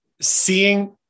seeing